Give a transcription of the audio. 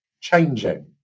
changing